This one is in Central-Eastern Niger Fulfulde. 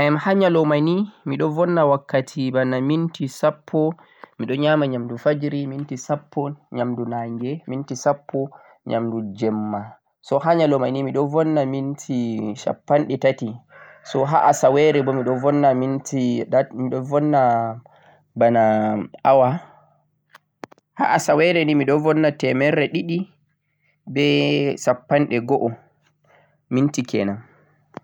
Haa nyaloma nii miɗon vunna wakkati bana minti sappo-sappo ha nyamugo nyamdu fajjira, nange be jemma, ha nyaloma nii miɗon vunna minti shappanɗe tati